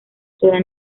sola